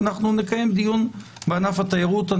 ונקיים דיון בענף התיירות.